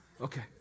Okay